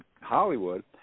Hollywood